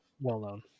Well-known